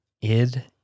Id